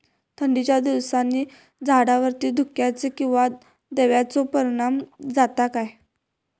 थंडीच्या दिवसानी झाडावरती धुक्याचे किंवा दवाचो परिणाम जाता काय?